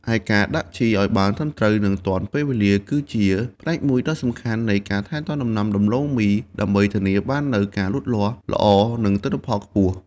រីឯការដាក់ជីឱ្យបានត្រឹមត្រូវ និងទាន់ពេលវេលា គឺជាផ្នែកមួយដ៏សំខាន់នៃការថែទាំដំណាំដំឡូងមី ដើម្បីធានាបាននូវការលូតលាស់ល្អ និងទិន្នផលខ្ពស់។